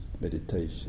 Meditation